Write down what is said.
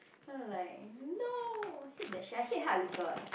then I'm like no hate that shit I hate hard liquor